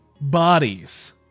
bodies